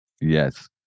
Yes